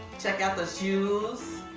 check out those shoes.